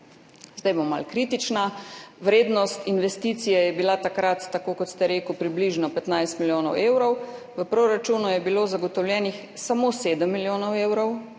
Zdaj bom malo kritična, vrednost investicije je bila takrat, tako kot ste rekli, približno 15 milijonov evrov, v proračunu je bilo zagotovljenih samo 7 milijonov evrov.